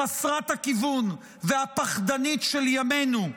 חסרת הכיוון והפחדנית של ימינו,